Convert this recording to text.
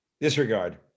Disregard